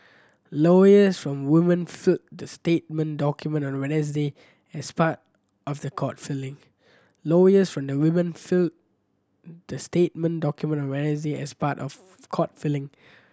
lawyers for the women filed the settlement documents on Wednesday as part of the court filing lawyers for the women filed the settlement documents on Wednesday as part of court filling